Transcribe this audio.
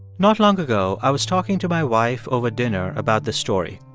not long ago, i was talking to my wife over dinner about this story.